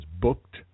booked